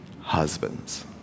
husbands